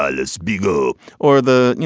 ah let's beagle or the you